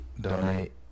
Donate